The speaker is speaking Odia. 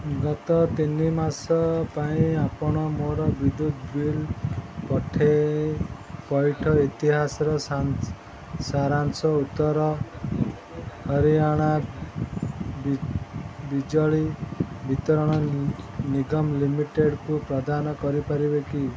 ଗତ ତିନି ମାସ ପାଇଁ ଆପଣ ମୋର ବିଦ୍ୟୁତ ବିଲ୍ ପଠାଇ ପଇଠ ଇତିହାସର ସାରାଂଶ ଉତ୍ତର ହରିୟାଣା ବିଜଳି ବିତରଣ ନିଗମ ଲିମିଟେଡ଼୍କୁ ପ୍ରଦାନ କରିପାରିବେ କି